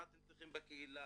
מה אתם צריכים בקהילה,